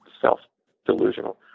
self-delusional